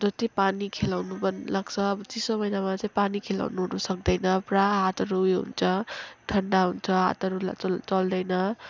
जति पानी खेलाउनु मन लाग्छ अब चिसो महिनामा चाहिँ पानी खेलाउनुहरू सक्दैन पुरा हातहरू उयो हुन्छ ठन्डा हुन्छ हातहरू चल्दैन